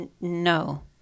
No